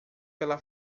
pela